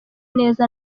neza